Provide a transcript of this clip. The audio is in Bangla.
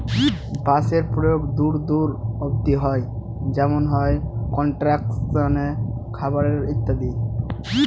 বাঁশের প্রয়োগ দূর দূর অব্দি হয় যেমন হয় কনস্ট্রাকশনে, খাবারে ইত্যাদি